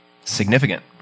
significant